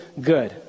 good